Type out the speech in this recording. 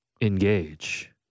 engage